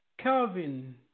Calvin